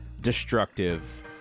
destructive